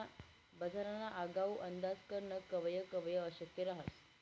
बजारना आगाऊ अंदाज करनं कवय कवय अशक्य रहास